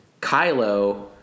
Kylo